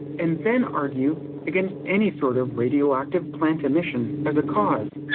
and then argue against any sort of radioactive plant emission as a cause?